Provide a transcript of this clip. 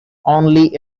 only